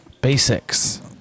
basics